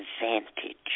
advantage